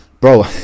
bro